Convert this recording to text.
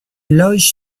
loge